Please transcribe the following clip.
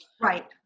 Right